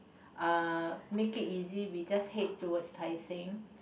uh make it easy we just head towards Tai-Seng